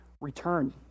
return